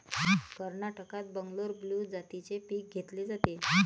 कर्नाटकात बंगलोर ब्लू जातीचे पीक घेतले जाते